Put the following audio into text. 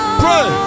pray